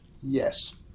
Yes